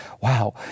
Wow